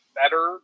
better